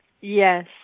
Yes